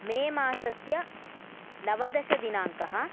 मे मासस्य नवदशदिनाङ्कः